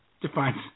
Defines